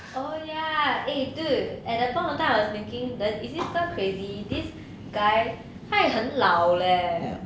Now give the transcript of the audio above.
oh ya eh dude at that point of time I was thinking that is this girl crazy this guy 他也很老 leh